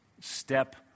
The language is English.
step